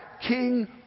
King